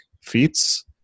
feats